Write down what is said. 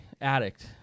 addict